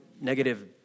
negative